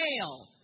fail